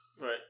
Right